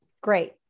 great